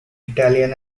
italian